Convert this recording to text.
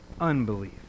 unbelief